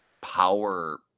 power